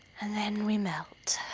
then we melt.